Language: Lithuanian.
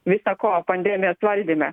visa ko pandemijos valdyme